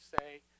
say